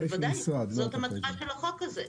בוודאי זאת המטרה של החוק הזה.